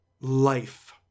life